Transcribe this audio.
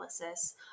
analysis